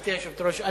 גברתי היושבת-ראש,